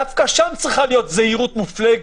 דווקא שם צריכה להיות זהירות מופלגת,